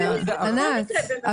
ענת,